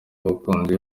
abakunzi